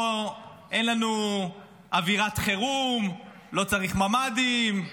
פה אין לנו אווירת חירום, לא צריך ממ"דים,